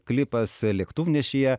klipas lėktuvnešyje